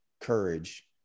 courage